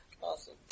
Awesome